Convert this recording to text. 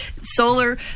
solar